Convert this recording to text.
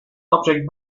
object